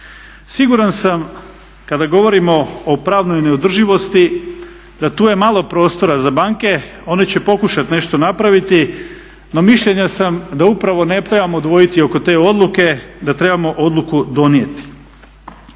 Siguran sam kada govorimo o pravnoj neodrživosti da je tu malo prostora za banke, one će pokušati nešto napraviti no mišljenja sam da ne trebamo dvojiti oko te odluke, da trebamo odluku donijeti.